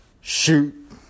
Shoot